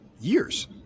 years